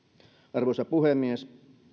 arvoisa puhemies